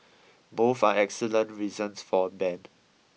both are excellent reasons for a ban